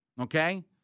okay